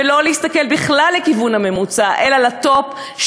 ולא להסתכל בכלל לכיוון הממוצע אלא לטופ,